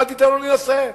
אל תיתן לו להינשא.